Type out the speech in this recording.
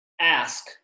ask